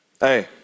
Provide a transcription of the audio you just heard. hey